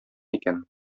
икән